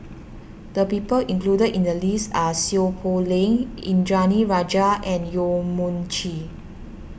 the people included in the list are Seow Poh Leng Indranee Rajah and Yong Mun Chee